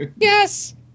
Yes